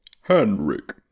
Henrik